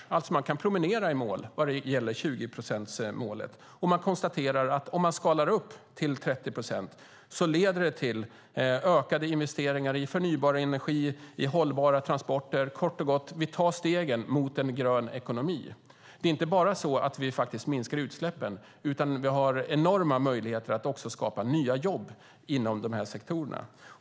Man kan alltså promenera i mål vad gäller 20-procentsmålet. Och man konstaterar att om man skalar upp till 30 procent leder det till ökade investeringar i förnybar energi och hållbara transporter. Kort och gott: Vi tar stegen mot en grön ekonomi. Det är inte bara så att vi faktiskt minskar utsläppen, utan vi har också enorma möjligheter att skapa nya jobb inom de här sektorerna.